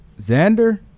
Xander